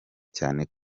cyane